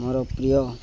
ମୋର ପ୍ରିୟ